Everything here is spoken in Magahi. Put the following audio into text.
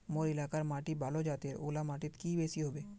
मोर एलाकार माटी बालू जतेर ओ ला माटित की बेसी हबे?